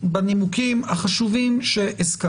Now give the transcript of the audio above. אני בהחלט מזדהה עם הנימוקים החשובים שהזכרת,